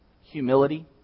humility